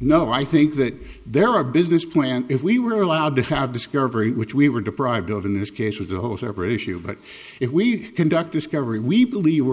no i think that there are a business plan if we were allowed to have discovery which we were deprived of in this case was a whole separate issue but if we conduct discovery we believe we're